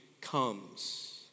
comes